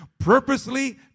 purposely